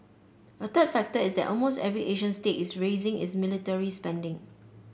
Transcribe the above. a third factor is that almost every Asian state is raising its military spending